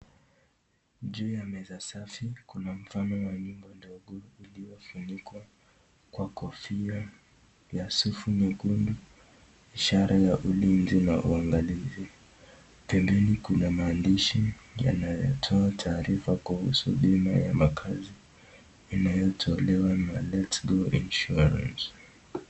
Juu ya meza safi, kuna mfano wa nyumba ndogo iliyofunikwa kwa kofia ya sufu nyekundu, ishara ya ulinzi na uangalizi. Pembeni kuna maandishi yanayotoa taarifa kuhusu bima ya makazi inayotolewa na Let's Go Insurance.